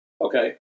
okay